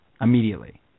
immediately